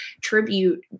tribute